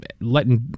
letting